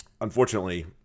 unfortunately